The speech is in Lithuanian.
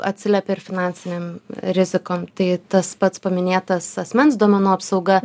atsiliepia ir finansinėm rizikom tai tas pats paminėtas asmens duomenų apsauga